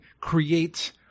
create